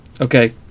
okay